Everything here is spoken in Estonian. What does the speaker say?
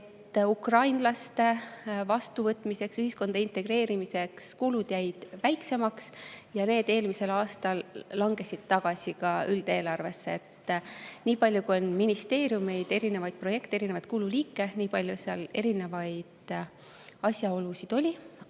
et ukrainlaste vastuvõtmise ja ühiskonda integreerimise kulud jäid väiksemaks ja need langesid eelmisel aastal ka tagasi üldeelarvesse. Nii palju, kui on ministeeriumeid, erinevaid projekte, erinevaid kululiike, nii palju on seal erinevaid asjaolusid.